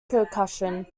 percussion